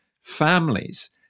families